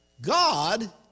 God